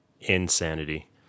insanity